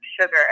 sugar